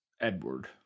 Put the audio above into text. Edward